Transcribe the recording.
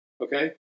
Okay